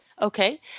Okay